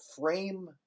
frame